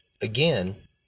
again